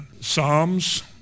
Psalms